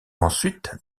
ensuite